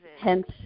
hence